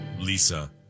Lisa